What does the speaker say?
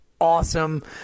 Awesome